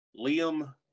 Liam